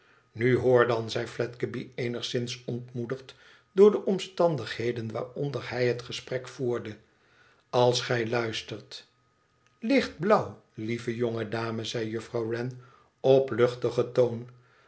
nu hoor dan zei fledgeby eenigzins ontmoedigd door de omstandigheden waaronder hij het gesprek voerde als gij luistert lichtblauw lieve jonge dame zei juffrouw wren op luchtigen toon